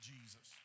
Jesus